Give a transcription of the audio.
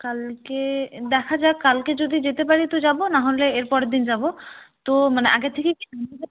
কালকে দেখা যাক কালকে যদি যেতে পারি তো যাবো নাহলে এর পরের দিন যাবো তো মানে আগে থেকে কি নাম লেখাতে হবে